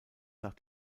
nach